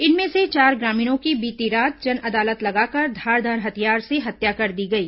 इनमें से चार ग्रामीणों की बीती रात जनअदालत लगाकर धारदार हथियार से हत्या कर दी गई